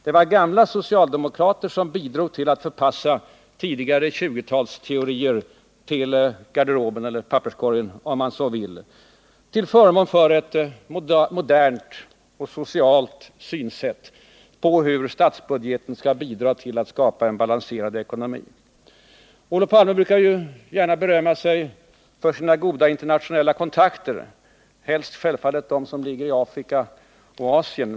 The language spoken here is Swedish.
Det var gamla socialdemokrater som bidrog till att förpassa 20-talsteorier till papperskorgen, om man så vill, till förmån för ett modernt och socialt synsätt på hur statsbudgeten skall bidra till att skapa en balanserad Olof Palme brukar gärna berömma sig för sina goda internationella kontakter, helst självfallet dem som ligger i Afrika och Asien.